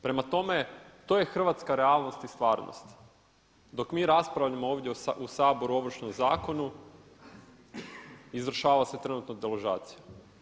Prema tome, to je hrvatska realnost i stvarnost, dok mi raspravljamo ovdje u Saboru o Ovršnom zakonu, izvršava se trenutno deložacija.